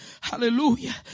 Hallelujah